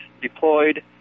deployed